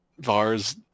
VAR's